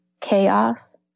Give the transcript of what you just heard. chaos